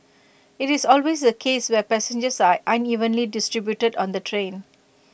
IT is always the case where passengers are unevenly distributed on the train